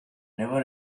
never